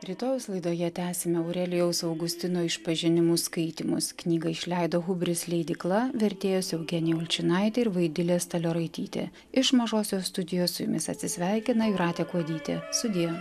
rytojaus laidoje tęsime aurelijaus augustino išpažinimų skaitymus knygą išleido hubris leidykla vertėjos eugenija ulčinaitė ir vaidilė stalioraitytė iš mažosios studijos su jumis atsisveikina jūratė kuodytė sudie